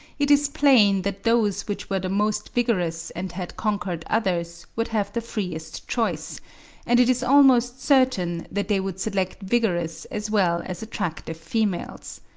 it is plain that those which were the most vigorous and had conquered others, would have the freest choice and it is almost certain that they would select vigorous as well as attractive females.